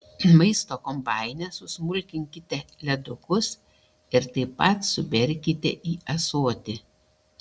maisto kombaine susmulkinkite ledukus ir taip pat suberkite į ąsotį